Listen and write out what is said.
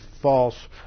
false